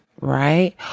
right